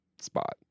spot